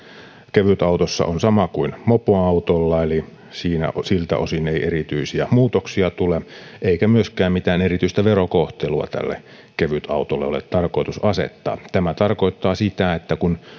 kevytautossa on sama kuin mopoautolla eli siltä osin ei erityisiä muutoksia tule eikä myöskään mitään erityistä verokohtelua tälle kevytautolle ole tarkoitus asettaa tämä tarkoittaa sitä että kun